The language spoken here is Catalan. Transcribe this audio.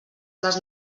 les